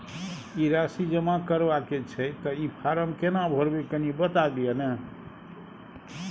ई राशि जमा करबा के छै त ई फारम केना भरबै, कनी बता दिय न?